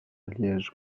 liège